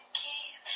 keep